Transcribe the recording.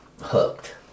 hooked